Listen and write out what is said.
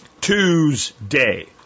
Tuesday